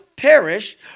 Perish